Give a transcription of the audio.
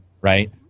right